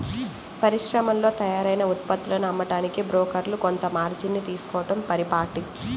పరిశ్రమల్లో తయారైన ఉత్పత్తులను అమ్మడానికి బ్రోకర్లు కొంత మార్జిన్ ని తీసుకోడం పరిపాటి